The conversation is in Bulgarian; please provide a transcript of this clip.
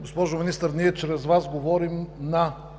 Госпожо Министър, ние чрез Вас говорим на